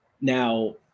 Now